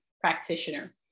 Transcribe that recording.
practitioner